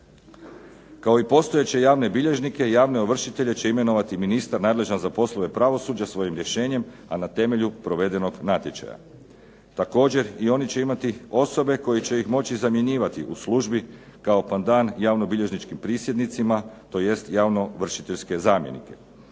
Kao i postojeće javne bilježnike, javne ovršitelje će imenovati ministar nadležan za poslove pravosuđa svojim rješenjem a na temelju provedenog natječaja. Također i oni će imati osobe koje će ih moći zamijenjivati u službi kao pandan javnobilježničkim prisjednicima, tj. javnoovršiteljske zamjenike,